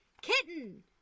Kitten